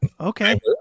Okay